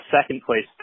second-place